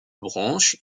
branches